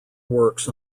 works